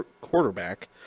quarterback